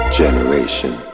generation